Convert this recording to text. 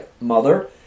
mother